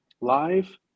live